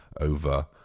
over